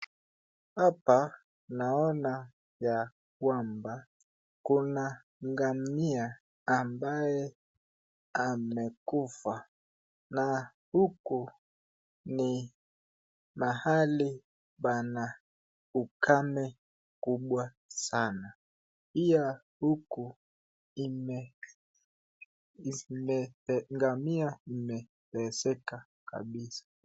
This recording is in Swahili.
Hapa naona ya kwamba kuna ngamia ambaye amekufa, na huku ni mahali pana ukame mkubwa sana. Hii ya huku imeonyesha ngamia imeteseka kabisa.